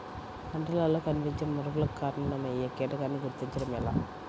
పంటలలో కనిపించే మార్పులకు కారణమయ్యే కీటకాన్ని గుర్తుంచటం ఎలా?